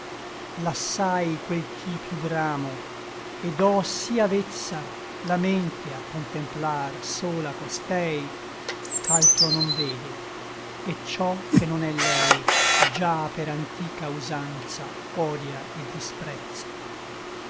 lassai quel ch'i piú bramo et ò sí avezza la mente a contemplar sola costei ch'altro non vede et ciò che non è lei già per antica usanza odia et disprezza